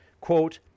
quote